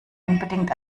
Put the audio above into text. unbedingt